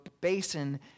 basin